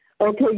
Okay